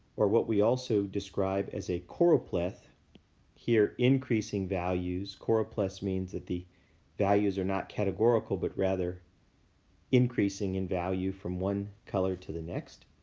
or what we also describe as a choropleth here increasing values. choropleth means that the values are not categorical, but rather increasing in value from one color to the next.